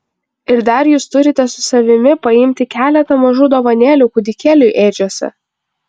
ir dar jūs turite su savimi paimti keletą mažų dovanėlių kūdikėliui ėdžiose